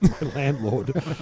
landlord